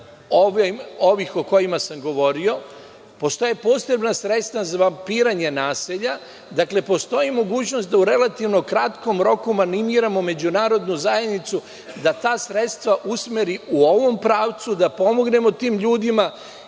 ovih o kojima sam govorio. Postoje posebna sredstva za naselja, dakle, postoji mogućnost da u relativno kratkom roku manimiramo međunarodnu zajednicu, da ta sredstva usmeri u ovom pravcu, da pomognemo tim ljudima